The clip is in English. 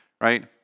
right